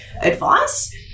advice